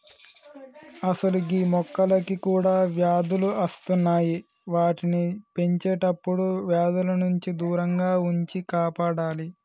అసలు గీ మొక్కలకి కూడా వ్యాధులు అస్తున్నాయి వాటిని పెంచేటప్పుడు వ్యాధుల నుండి దూరంగా ఉంచి కాపాడాలి